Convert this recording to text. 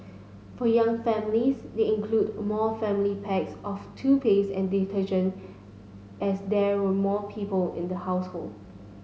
for young families they included more family packs of toothpaste and detergent as there were more people in the household